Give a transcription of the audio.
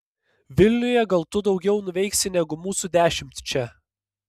vilniuje gal tu daugiau nuveiksi negu mūsų dešimt čia